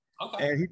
Okay